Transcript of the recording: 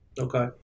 Okay